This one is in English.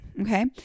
Okay